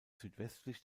südwestlich